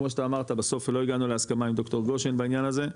כמו שאתה אמרת בסוף לא הגענו להסכמה עם ד"ר גושן בעניין הזה.